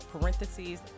parentheses